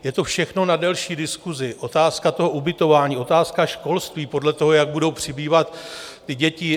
Je to všechno na delší diskusi, otázka ubytování, otázka školství podle toho, jak budou přibývat děti.